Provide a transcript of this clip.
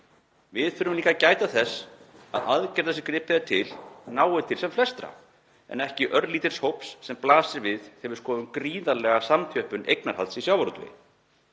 Við þurfum líka að gæta þess að aðgerðir sem gripið er til nái til sem flestra en ekki örlítils hóps eins og blasir við þegar við skoðum gríðarlega samþjöppun eignarhalds í sjávarútvegi.